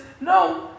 no